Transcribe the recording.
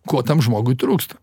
ko tam žmogui trūksta